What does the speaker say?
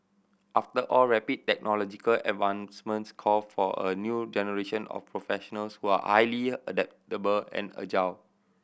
after all rapid technological advancements call for a new generation of professionals who are highly adaptable and agile